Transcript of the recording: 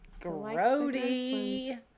Grody